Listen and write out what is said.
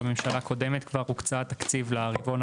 בממשלה הקודמת כבר הוקצה תקציב לרבעון